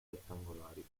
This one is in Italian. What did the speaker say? rettangolari